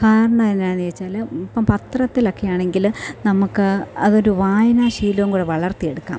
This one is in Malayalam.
കാരണമെന്താണെന്നു ചോദിച്ചാൽ ഇപ്പം പത്രത്തിലൊക്കെയാണെങ്കിൽ നമുക്ക് അതൊരു വായനാശീലം കൂടെ വളർത്തിയെടുക്കാം